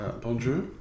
Bonjour